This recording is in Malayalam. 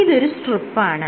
ഇതൊരു സ്ട്രിപ്പാണ്